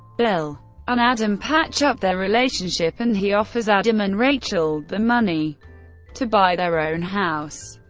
bill and adam patch up their relationship and he offers adam and rachel the money to buy their own house.